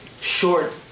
short